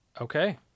Okay